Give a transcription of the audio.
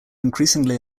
increasingly